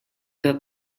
the